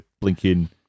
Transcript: blinking